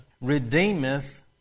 Redeemeth